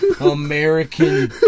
American